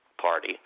party